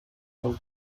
von